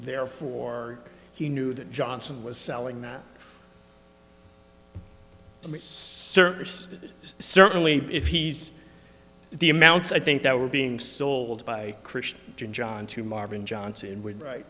therefore he knew that johnson was selling that certainly if he's the amounts i think that were being sold by christian john to marvin johnson would right